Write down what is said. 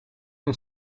een